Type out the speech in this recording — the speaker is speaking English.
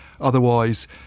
Otherwise